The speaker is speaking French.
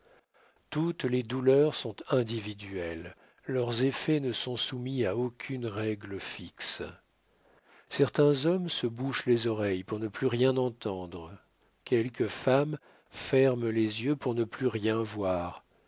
toutes les douleurs sont individuelles leurs effets ne sont soumis à aucune règle fixe certains hommes se bouchent les oreilles pour ne plus rien entendre quelques femmes ferment les yeux pour ne plus rien voir